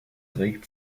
regt